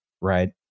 right